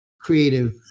creative